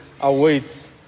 awaits